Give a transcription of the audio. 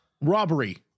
Robbery